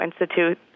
Institute